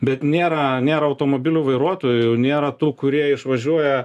bet nėra nėra automobilių vairuotojų nėra tų kurie išvažiuoja